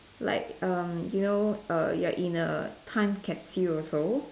like um you know err like in a time capsule also